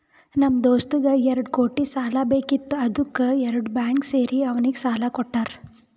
ನಮ್ ದೋಸ್ತಗ್ ಎರಡು ಕೋಟಿ ಸಾಲಾ ಬೇಕಿತ್ತು ಅದ್ದುಕ್ ಎರಡು ಬ್ಯಾಂಕ್ ಸೇರಿ ಅವ್ನಿಗ ಸಾಲಾ ಕೊಟ್ಟಾರ್